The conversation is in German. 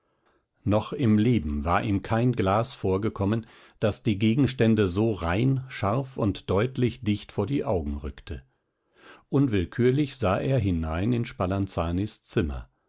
noch im leben war ihm kein glas vorgekommen das die gegenstände so rein scharf und deutlich dicht vor die augen rückte unwillkürlich sah er hinein in spalanzanis zimmer